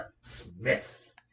Smith